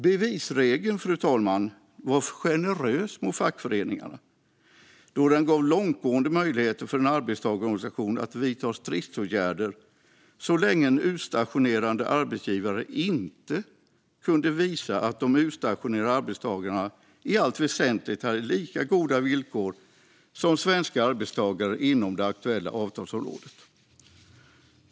Bevisregeln, fru talman, var generös mot fackföreningarna, då den gav långtgående möjligheter för en arbetstagarorganisation att vidta stridsåtgärder så länge en utstationerande arbetsgivare inte kunde visa att de utstationerade arbetstagarna i allt väsentligt hade lika goda villkor som svenska arbetstagare inom det aktuella avtalsområdet.